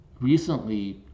recently